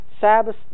Sabbath